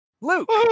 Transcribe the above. Luke